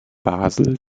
basel